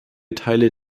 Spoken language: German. teile